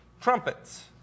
trumpets